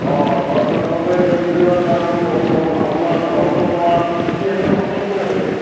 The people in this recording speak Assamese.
অঁ একযোৰৰ দাম দ আপোনাৰ বাৰশৰ পৰা তিনি হাজাৰ পাঁচশলৈকে আছে